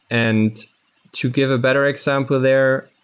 and to give a better example there,